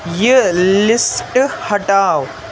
یِہ لِسٹہٕ ہٹاو